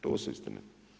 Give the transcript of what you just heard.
To su istine.